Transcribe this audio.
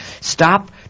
Stop